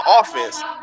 offense